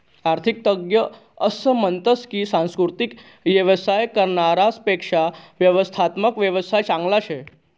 आरर्थिक तज्ञ असं म्हनतस की सांस्कृतिक येवसाय करनारास पेक्शा व्यवस्थात्मक येवसाय चांगला शे